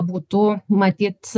būtų matyt